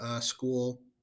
school